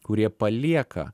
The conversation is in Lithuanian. kurie palieka